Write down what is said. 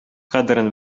кадерен